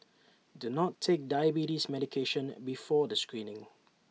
do not take diabetes medication before the screening